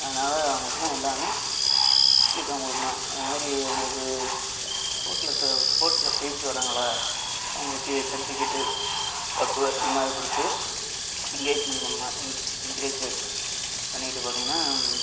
அதனால் அவங்களுக்குன்னு எல்லாமே இப்போ அவங்களுக்கு நான் இந்தமாதிரி அவங்களுக்கு ஸ்போட்ஸில் செ ஸ்போர்ட்ஸில் ஜெயித்து வராங்களா அவங்களுக்கு சர்டிஃபிகேட்டு கப்பு இந்தமாதிரி கொடுத்து என்கேஜ்மெண்ட் பண்ணலாம் என்க என்கரேஜி பண்ணிகிட்டு பார்த்தீங்கன்னா